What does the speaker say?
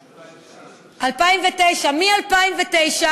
2009. 2009. מ-2009,